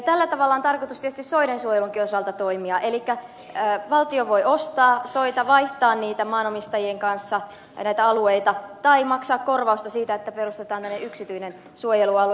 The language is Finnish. tällä tavalla on tarkoitus tietysti soidensuojelunkin osalta toimia elikkä valtio voi ostaa soita vaihtaa alueita maanomistajien kanssa tai maksaa korvausta siitä että perustetaan tällainen yksityinen suojelualue